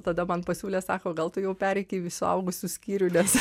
tada man pasiūlė sako gal tu jau pereik į suaugusių skyrių nes